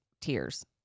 tears